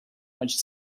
much